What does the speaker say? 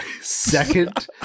second